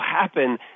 happen